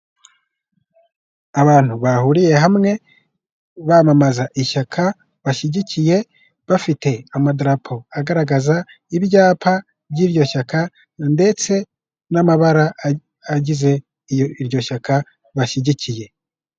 Abantu bahuriye hamwe bamamaza ishyaka bashyigikiye bafite amadrapo agaragaza ibyapa by'iryo shyaka ndetse n'amabara agize iryo shyaka bashyigikiye.